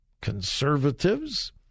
conservatives